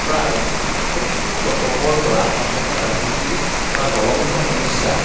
প্ৰায় সত্তৰ দশকৰ পৰা অসমৰ ৰাজনীতিত এটা জলন্ত সমস্যা